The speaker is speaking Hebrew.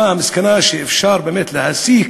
מה המסקנה שאפשר באמת להסיק